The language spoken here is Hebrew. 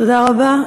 תודה רבה.